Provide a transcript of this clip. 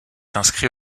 inscrit